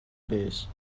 بهش